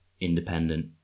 independent